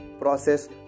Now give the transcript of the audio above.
process